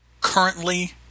currently